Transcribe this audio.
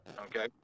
okay